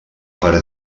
part